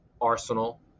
arsenal